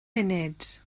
munud